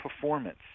performance